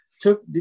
took